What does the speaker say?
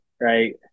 Right